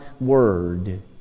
word